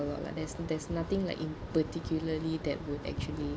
lot lah there's there's nothing like in particularly that would actually